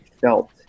felt